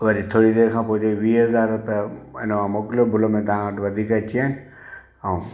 वरी थोरी देर खां पोइ चयई वीह हज़ार रुपया हिन मां मोकिलियो भुल में तव्हां वटि वधीक अची विया आहिनि ऐं